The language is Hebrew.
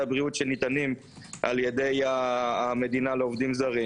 הבריאות על ידי המדינה לעובדים זרים,